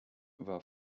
war